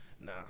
nah